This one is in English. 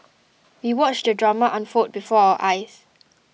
we watched the drama unfold before our eyes